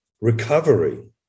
recovery